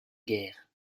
guerre